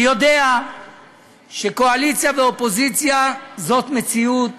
אני יודע שקואליציה ואופוזיציה זאת מציאות